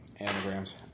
anagrams